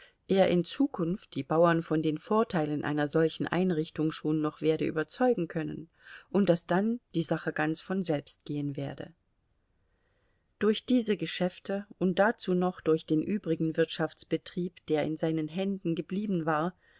er in zukunft die bauern von den vorteilen einer solchen einrichtung schon noch werde überzeugen können und daß dann die sache ganz von selbst gehen werde durch diese geschäfte und dazu noch durch den übrigen wirtschaftsbetrieb der in seinen händen geblieben war